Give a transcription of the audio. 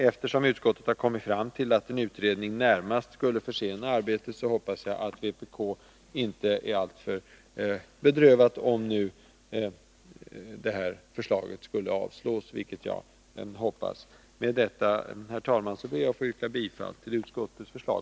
Eftersom utskottet har kommit fram till att en utredning närmast skulle försena arbetet räknar jag med att vpk inte blir alltför bedrövat, om nu det här förslaget skulle avslås, vilket jag hoppas. Med detta, herr talman, ber jag att få yrka bifall till utskottets förslag.